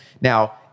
Now